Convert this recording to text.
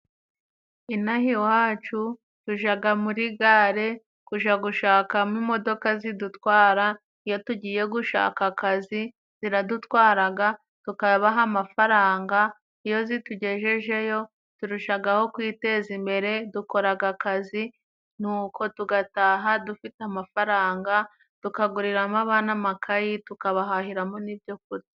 Ino aha iwacu tujaga muri gare kuja gushakamo imodoka zidutwara iyo tugiye gushaka akazi ,ziradutwaraga tukabaha amafaranga iyo zitugejejeyo turushagaho kwiteza imbere dukoraga akazi n'uko tugataha dufite amafaranga, tukaguriramo abana n'amakayi tukabahahiramo n'ibyo kurya.